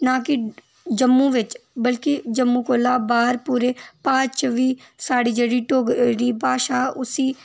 ना कि जम्मू बिच बल्के जम्मू कोला बाह्र पूरे भारत च बी जेह्ड़ी भाशा